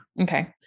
okay